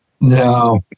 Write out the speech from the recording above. No